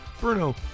Bruno